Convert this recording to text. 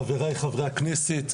חבריי חברי הכנסת,